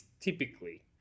typically